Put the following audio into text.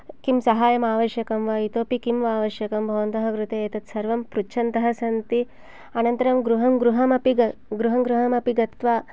किं साहायम् आवश्यकं वा इतोऽपि किं वा आवश्यकं भवन्तः कृते एतद् सर्वं पृच्छन्तः सन्ति अनन्तरं गृहं गृहम् अपि गृहं गृहम् अपि गत्त्वा